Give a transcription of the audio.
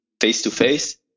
face-to-face